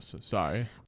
sorry